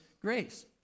grace